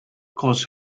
cause